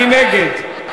מי נגד?